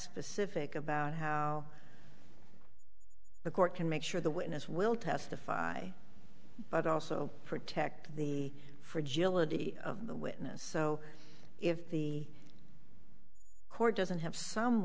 specific about how the court can make sure the witness will testify but also protect the fragility of the witness so if the court doesn't have some